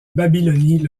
babylonie